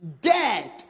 dead